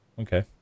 okay